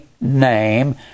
name